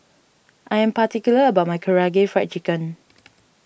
I am particular about my Karaage Fried Chicken